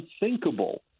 unthinkable